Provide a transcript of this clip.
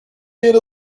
men